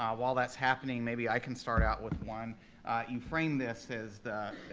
um while that's happening, maybe i can start out with one you framed this as